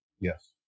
Yes